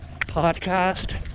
podcast